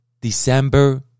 December